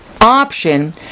option